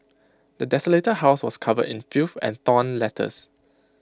the desolated house was covered in filth and torn letters